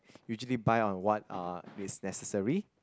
usually buy on what uh is necessary